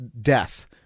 death